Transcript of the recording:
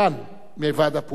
מוועד הפעולה הארמני.